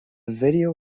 video